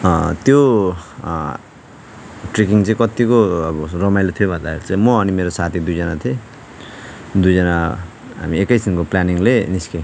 त्यो ट्रेकिङ चाहिँ कत्तिको अब रमाइलो थियो भन्दाखेरि चाहिँ म अनि मेरो साथी दुईजना थियौँ दुईजना हामी एकैछिनको प्लानिङले निस्क्यौँ